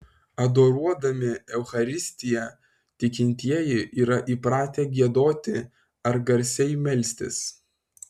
adoruodami eucharistiją tikintieji yra įpratę giedoti ar garsiai melstis